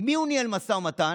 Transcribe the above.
עם מי הוא ניהל משא ומתן?